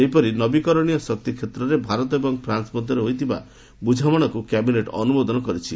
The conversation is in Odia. ସେହିପରି ନବୀକରଣିୟ ଶକ୍ତି କ୍ଷେତ୍ରରେ ଭାରତ ଏବଂ ଫ୍ରାନ୍ସ ମଧ୍ୟରେ ହୋଇଥିବା ବୁଝାମଣାକୁ କ୍ୟାବିନେଟ୍ ଅନୁମୋଦନ କରିଛି